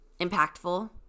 impactful